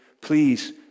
please